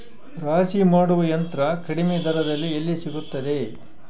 ರಾಶಿ ಮಾಡುವ ಯಂತ್ರ ಕಡಿಮೆ ದರದಲ್ಲಿ ಎಲ್ಲಿ ಸಿಗುತ್ತದೆ?